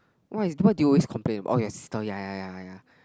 what is what do you always complain about oh your sister ya ya ya ya